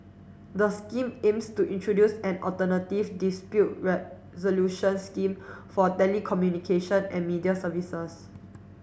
the scheme aims to introduce an alternative dispute resolution scheme for telecommunication and media services